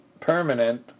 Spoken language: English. permanent